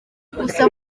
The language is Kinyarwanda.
gusa